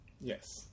Yes